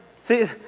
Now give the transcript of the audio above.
See